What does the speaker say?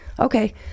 Okay